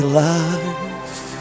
life